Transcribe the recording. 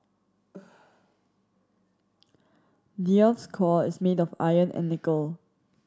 the earth's core is made of iron and nickel